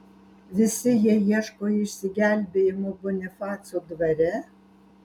visi jie ieško išsigelbėjimo bonifaco dvare